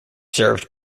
served